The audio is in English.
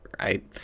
Right